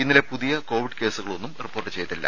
ഇന്നലെ പുതിയ കോവിഡ് കേസുകളൊന്നും റിപ്പോർട്ട് ചെയ്തിട്ടില്ല